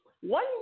One